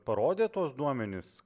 parodė tuos duomenis